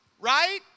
Right